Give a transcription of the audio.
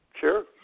Sure